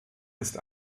ist